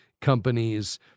companies